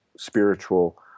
spiritual